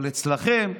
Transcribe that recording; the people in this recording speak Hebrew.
אבל אצלכם,